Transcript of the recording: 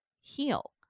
heal